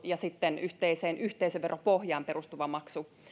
ja sitten yhteiseen yhteisöveropohjaan perustuvaa maksua